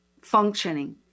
functioning